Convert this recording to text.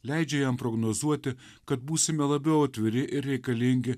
leidžia jam prognozuoti kad būsime labiau atviri ir reikalingi